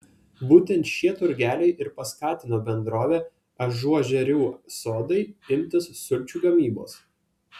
būtent šie turgeliai ir paskatino bendrovę ažuožerių sodai imtis sulčių gamybos